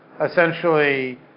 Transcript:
essentially